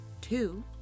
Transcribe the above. Two